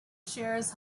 shares